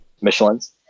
Michelin's